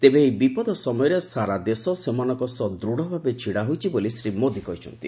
ତେବେ ଏହି ବପଦ ସମୟରେ ସାରା ଦେଶ ସେମାନଙ୍କ ସହ ଦୂଢ଼ ଭାବେ ଛିଡ଼ା ହୋଇଛି ବୋଲି ଶ୍ରୀ ମୋଦି କହିଛନ୍ତି